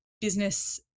business